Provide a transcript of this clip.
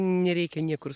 nereikia niekur